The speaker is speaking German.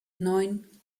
neun